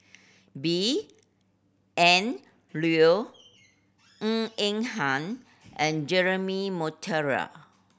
B N Rao Ng Eng Hen and Jeremy Monteiro